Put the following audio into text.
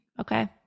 okay